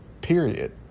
period